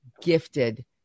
gifted